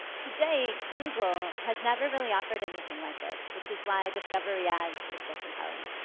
today, google has never really offered anything like this, which is why discovery ads is so compelling.